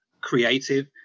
creative